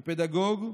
כפדגוג,